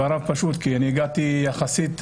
הגעתי לדיון שמח יחסית,